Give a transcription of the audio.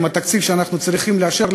עם התקציב שאנחנו צריכים לאשר,